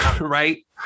right